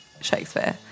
Shakespeare